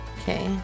Okay